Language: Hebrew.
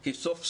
כי סוף,